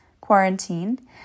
quarantine